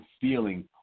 feeling